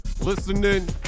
listening